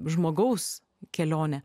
žmogaus kelionę